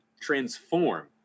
transform